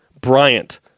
Bryant